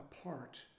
apart